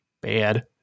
bad